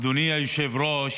אדוני היושב-ראש,